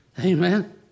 Amen